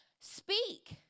Speak